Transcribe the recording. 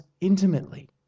intimately